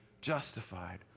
justified